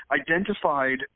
identified